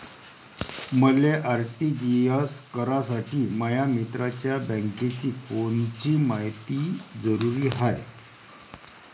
मले आर.टी.जी.एस करासाठी माया मित्राच्या बँकेची कोनची मायती जरुरी हाय?